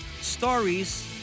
Stories